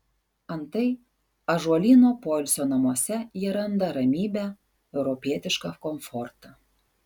antai ąžuolyno poilsio namuose jie randa ramybę europietišką komfortą